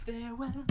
farewell